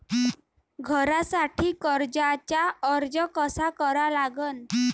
घरासाठी कर्जाचा अर्ज कसा करा लागन?